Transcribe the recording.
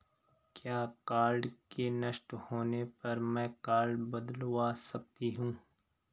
क्या कार्ड के नष्ट होने पर में कार्ड बदलवा सकती हूँ?